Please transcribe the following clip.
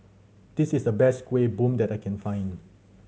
this is the best Kuih Bom that I can find